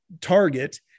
target